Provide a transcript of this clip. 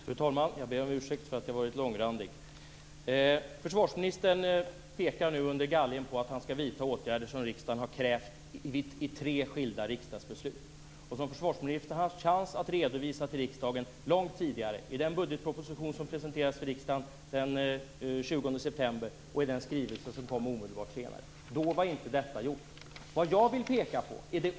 Fru talman! Jag ber om ursäkt för att jag har varit långrandig. Försvarsministern pekar nu under galgen på att han skall vidta åtgärder som riksdagen har krävt i tre skilda riksdagsbeslut. Försvarsministern har haft chans att redovisa detta till riksdagen långt tidigare - i den budgetproposition som presenterades för riksdagen den 20 september och i den skrivelse som kom omedelbart därefter. Då var inte detta gjort.